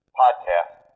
podcast